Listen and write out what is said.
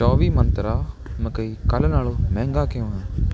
ਚੋਵੀ ਮੰਤਰਾ ਮਕਈ ਕੱਲ੍ਹ ਨਾਲੋਂ ਮਹਿੰਗਾ ਕਿਉਂ ਹੈ